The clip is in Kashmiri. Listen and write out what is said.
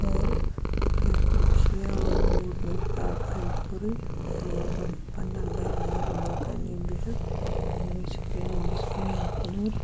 اور وٕنکیٚنَس کھیل کوٗدنِش زیادٕ پَہَن دوٗرٕے روزان پنٛنٮ۪ن گَرَن منٛز أنٛدرٕ کَنی بِہِتھ یِمنٕے سِکریٖنَن بٔتھِ کَنۍ آسان اور